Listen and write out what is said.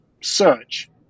search